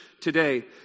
today